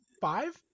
five